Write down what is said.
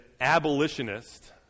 abolitionist